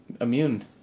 immune